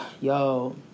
Yo